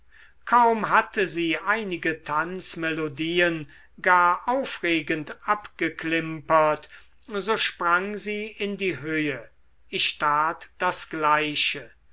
kaum hatte sie einige tanzmelodien gar aufregend abgeklimpert so sprang sie in die höhe ich tat das gleiche